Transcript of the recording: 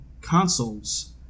consoles